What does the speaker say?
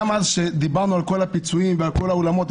גם אז כשדיברנו על כל הפיצויים ועל כל האולמות,